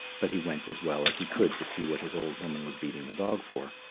but he went as well as he could to see what his old woman was beating the dog for.